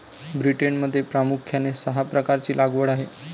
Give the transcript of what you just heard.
ब्रिटनमध्ये प्रामुख्याने सहा प्रकारची लागवड आहे